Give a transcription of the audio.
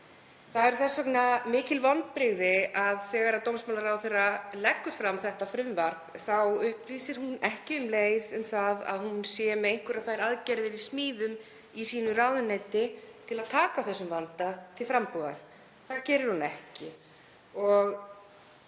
Það eru þess vegna mikil vonbrigði að þegar dómsmálaráðherra leggur fram þetta frumvarp upplýsir hún ekki um leið um að hún sé með einhverjar aðgerðir í smíðum í ráðuneyti sínu til að taka á þessum vanda til frambúðar. Það gerir hún ekki.